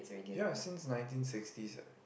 ya since nineteen sixties ah